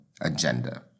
agenda